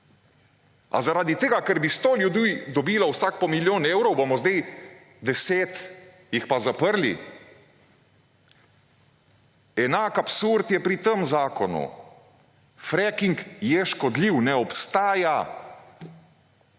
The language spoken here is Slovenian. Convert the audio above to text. Ali zaradi tega, ker bi sto ljudi dobilo vsak po milijonov evrov bomo sedaj 10 jih pa zaprli? Enak absurd je pri tem zakonu. Freaking je škodljiv. Ne obstaja